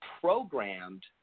programmed